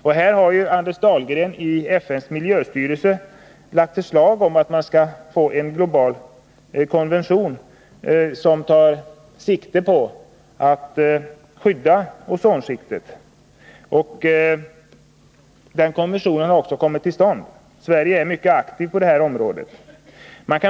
Anders Dahlgren har också i FN:s miljöstyrelse lagt fram förslag om en global konvention, som tar sikte på att skydda ozonskiktet. Denna konvention har nu kommit till stånd. Sverige är mycket aktivt på detta område.